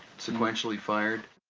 sequentially fired.